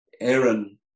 Aaron